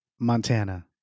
Montana